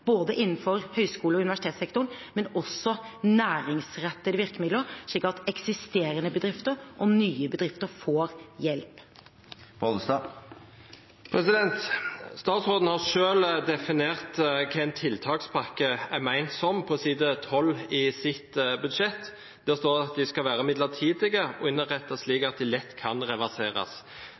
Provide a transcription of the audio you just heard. innenfor høyskole- og universitetssektoren, men også næringsrettede virkemidler, slik at eksisterende bedrifter og nye bedrifter får hjelp. Statsråden har selv definert hva en tiltakspakke er ment som, på side 12 i sitt budsjett. Der står det at tiltakene skal være midlertidige og innrettet slik at de lett kan reverseres.